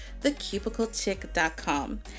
thecubiclechick.com